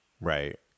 right